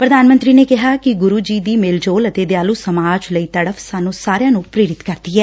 ਪੁਧਾਨ ਮੰਤਰੀ ਨੇ ਕਿਹਾ ੱਕਿ ਗੁਰੁ ਜੀ ਦੀ ਮੇਲਜੋਲ ਅਤੇ ਦਿਆਲੁ ਸਮਾਜ ਲਈ ਤੜਫ ਸਾਨੂੰ ਸਾਰਿਆਂ ਨੂੰ ਪੇਰਿਤ ਕਰਦੀ ਐ